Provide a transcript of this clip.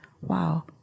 wow